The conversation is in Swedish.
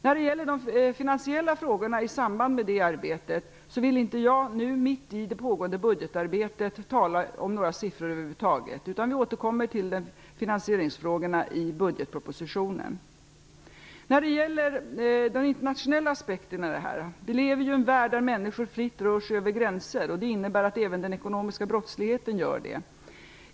När det gäller de finansiella frågorna i samband med detta arbete vill jag inte nu, mitt i det pågående budgetarbetet, tala om några siffror över huvud taget utan återkommer till finansieringsfrågorna i budgetpropositionen. I fråga om de internationella aspekterna lever vi ju i en värld där människor fritt rör sig över gränser, vilket innebär att även den ekonomiska brottsligheten gör det.